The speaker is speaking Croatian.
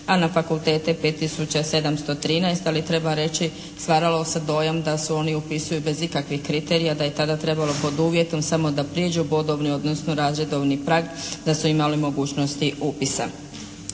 a na fakultete 5713 ali treba reći stvarao se dojam da se oni upisuju bez ikakvih kriterija, da je tada trebalo pod uvjetom samo da prijeđu bodovni odnosno razredovni prag da su imali mogućnosti upisa.